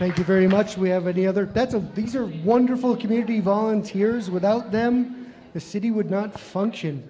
thank you very much we have of the other that's a wonderful community volunteers without them the city would not function